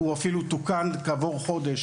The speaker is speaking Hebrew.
הוא אפילו תוקן כעבור חודש